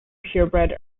purebred